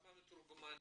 כמה מתורגמנים,